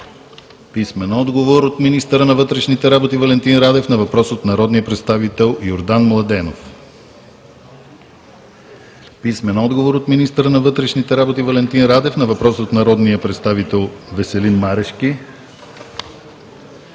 Писмени отговори от: - министъра на вътрешните работи Валентин Радев на въпрос от народния представител Йордан Младенов; - министъра на вътрешните работи Валентин Радев на въпрос от народния представител Веселин Марешки;